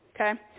Okay